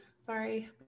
Sorry